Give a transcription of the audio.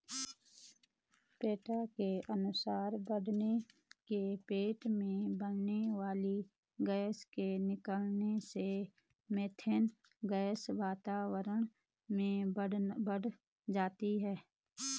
PETA के अनुसार भेंड़ के पेट में बनने वाली गैस के निकलने से मिथेन गैस वातावरण में बढ़ जाती है